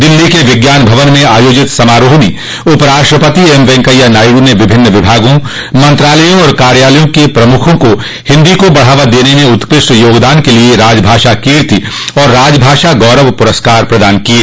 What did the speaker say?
दिल्ली के विज्ञान भवन में आयाजित समारोह में उपराष्ट्रपति एम वैंकैया नायडू ने विभिन्न विभागों मंत्रालयों और कार्यालयों के प्रमुखों को हिंदी को बढ़ावा देने में उत्कृष्ट योगदान के लिए राजभाषा कीर्ति और राजभाषा गौरव पुरस्कार प्रदान किये